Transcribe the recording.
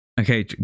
Okay